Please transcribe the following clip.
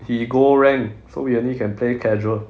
he go rank so we only can play casual